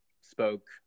spoke